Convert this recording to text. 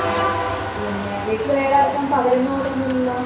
ആ പിന്നെ വീട്ടിൽ വേറെ ആർക്കും പകരുന്ന പോലെ ഒന്നുമില്ലല്ലോ